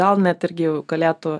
gal net irgi jau galėtų